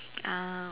ah